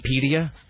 Wikipedia